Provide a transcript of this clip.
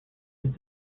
uses